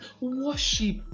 worship